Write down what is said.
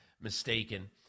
mistaken